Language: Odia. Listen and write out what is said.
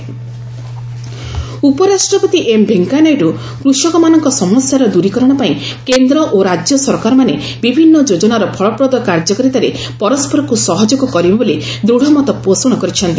ଭିପି ଫାର୍ମର୍ସ ଉପରାଷ୍ଟ୍ରପତି ଏମ୍ ଭେଙ୍କିୟା ନାଇଡୁ କୃଷକମାନଙ୍କ ସମସ୍ୟାର ଦୂରୀକରଣ ପାଇଁ କେନ୍ଦ୍ର ଓ ରାଜ୍ୟ ସରକାରମାନେ ବିଭିନ୍ନ ଯୋଜନାର ଫଳପ୍ରଦ କାର୍ଯ୍ୟକାରିତାରେ ପରସ୍କରକୁ ସହଯୋଗ କରିବେ ବୋଲି ଦୂଢ଼ ମତ ପୋଷଣ କରିଛନ୍ତି